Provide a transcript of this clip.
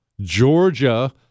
Georgia